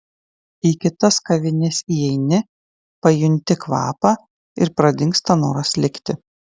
į kitas kavines įeini pajunti kvapą ir pradingsta noras likti